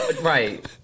right